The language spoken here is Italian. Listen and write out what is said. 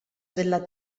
della